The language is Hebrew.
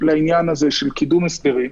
במקום שיש הסכמה,